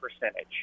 percentage